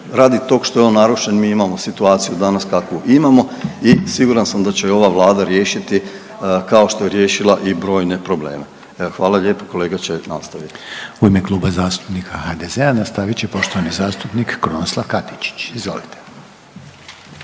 radi tog što je on narušen mi imamo situaciju danas kakvu imamo i siguran sam da će ova Vlada riješiti, kao što je riješila i brojne probleme. Evo hvala lijepo, kolega će nastaviti. **Reiner, Željko (HDZ)** U ime Kluba zastupnika HDZ-a nastavit će poštovani zastupnik Krunoslav Katičić, izvolite.